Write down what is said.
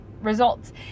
results